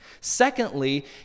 Secondly